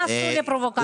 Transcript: מה עשו לפרובוקטור?